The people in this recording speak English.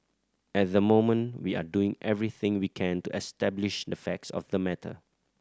at the moment we are doing everything we can to establish the facts of the matter